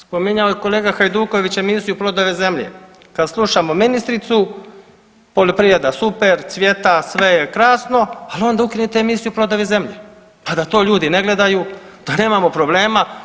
Spominjao je kolega Hajduković emisiju „Plodove zemlje“, kad slušamo ministricu poljoprivreda super, cvjeta, sve je krasno ali onda ukinite emisiju „Plodovi zemlje“ pa da to ljudi ne gledaju, da nemamo problema.